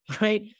right